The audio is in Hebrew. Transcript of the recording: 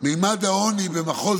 ממדי העוני במחוז